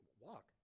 walk